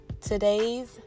today's